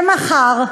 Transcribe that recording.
שמחר,